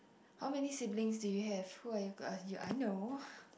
how many siblings do you have who are you uh I know